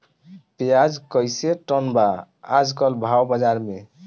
प्याज कइसे टन बा आज कल भाव बाज़ार मे?